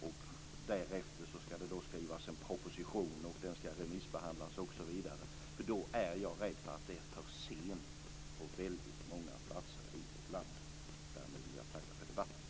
Därefter ska det då skrivas en proposition, och den ska remissbehandlas, osv. Då är jag rädd för att det är för sent på väldigt många platser i vårt land. Därmed vill jag tacka för debatten.